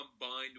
combined